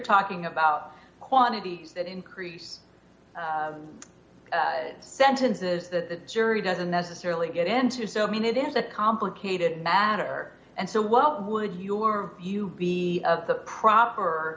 talking about quantity that increase sentences that the jury doesn't necessarily get into so i mean it is a complicated matter and so what would your view be the proper